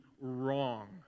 wrong